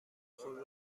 خود